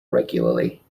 regularly